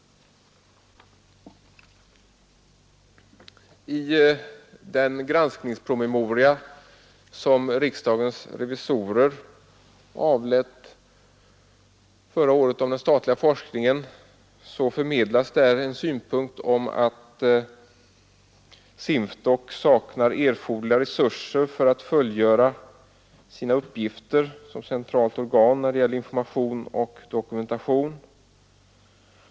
I den granskningspromemoria som riksdagens revisorer avlät förra året om den statliga forskningen förmedlas en synpunkt om att SINFDOK saknar erforderliga resurser för att fullgöra sina uppgifter som centralt organ när det gäller information och dokumentation.